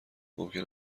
ممکن